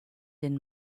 den